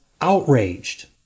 outraged